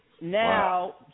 now